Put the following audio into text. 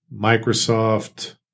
Microsoft